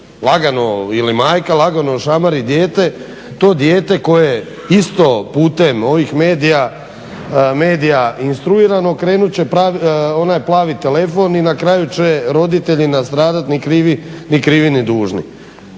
lagano ili majka, lagano ošamari dijete to dijete koje isto putem ovih medija instruirano, krenut će, onaj plavi telefon i na kraju će roditelji nastradati ni krivi ni dužni.